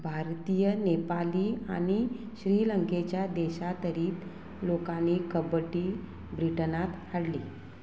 भारतीय नेपाली आनी श्रीलंकेच्या देशांतरीत लोकांनी कबड्डी ब्रिटनांत हाडली